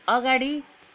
अगाडि